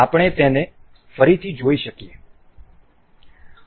આપણે તેને ફરીથી જોઈ શકીએ